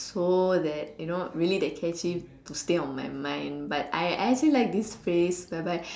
so that you know really that catchy to stay on my mind but I I actually like this phrase whereby